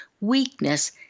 weakness